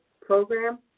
program